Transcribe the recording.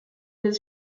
his